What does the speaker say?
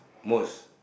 most